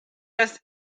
das